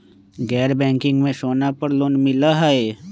गैर बैंकिंग में सोना पर लोन मिलहई?